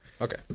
Okay